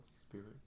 Spirit